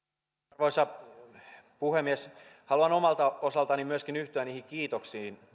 arvoisa puhemies haluan omalta osaltani myöskin yhtyä niihin kiitoksiin